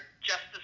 Justice